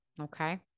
Okay